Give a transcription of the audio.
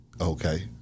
Okay